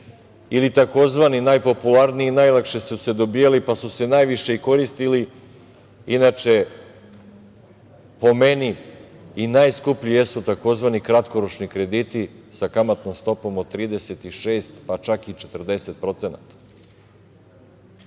ili tzv. najpopularniji i najlakše su se dobijali, pa su se najviše i koristili, inače po meni i najskuplji jesu, tzv. kratkoročni krediti sa kamatnom stopom od 36 pa čak i 40%.Takva